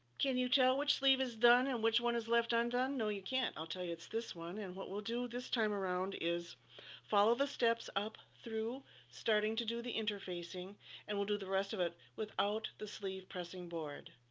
can you tell which sleeve is done and which one is left undone? no you can't. i'll tell you it's this one, and what we'll do this time around is follow the steps up through starting to do the interfacing and we'll do the rest of it without the sleeve pressing board.